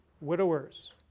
widowers